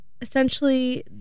essentially